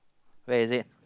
where is it